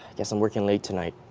guess i'm working late tonight